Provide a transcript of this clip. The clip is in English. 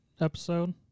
episode